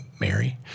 Mary